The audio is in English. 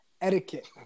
etiquette